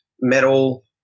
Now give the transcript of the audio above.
metal